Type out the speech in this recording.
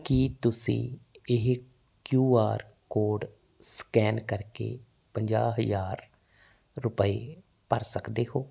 ਕੀ ਤੁਸੀਂਂ ਇਹ Q R code scan ਕਰ ਕੇ ਪੰਜਾਹ ਹਜ਼ਾਰ ਰੁਪਏ ਭਰ ਸਕਦੇ ਹੋ